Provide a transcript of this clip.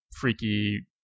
freaky